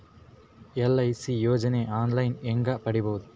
LIC ಯೋಜನೆ online ಹೇಂಗ ಪಡಿಬಹುದು?